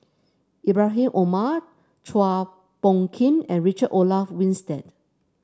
Ibrahim Omar Chua Phung Kim and Richard Olaf Winstedt